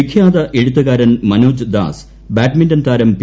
വിഖ്യാത എഴുത്തുകാരൻ മനോജ് ദാസ്ക്ക് ബാഡ്മിന്റൺ താരം പി